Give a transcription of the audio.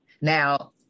Now